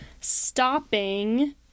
stopping